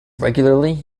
regularly